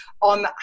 on